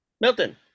Milton